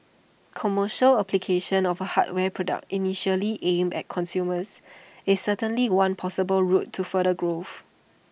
commercial application of A hardware product initially aimed at consumers is certainly one possible route to further growth